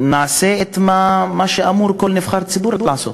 נעשה את מה שאמור כל נבחר ציבור לעשות,